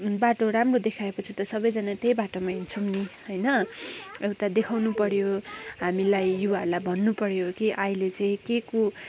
बाटो राम्रो देखायो पछि त सबैजना त्यही बाटोमा हिँड्छौँ नि होइन अन्त देखाउनु पऱ्यो हामीलाई युवाहरूलाई भन्नु पऱ्यो कि अहिले चाहिँ के को